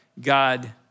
God